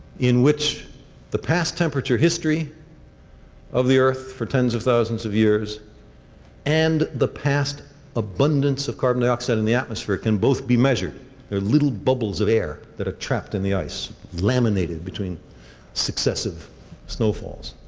in which the past temperature history of the earth for tens of thousands of years and the past abundance of carbon dioxide in the atmosphere can both be measured. there are little bubbles of air that are trapped in the ice, laminated between successive snowfalls.